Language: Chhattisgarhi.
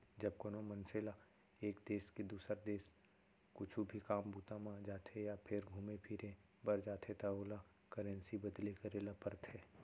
जब कोनो मनसे ल एक देस ले दुसर देस कुछु भी काम बूता म जाथे या फेर घुमे फिरे बर जाथे त ओला करेंसी बदली करे ल परथे